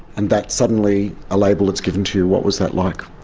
and that's suddenly a label that's given to you. what was that like?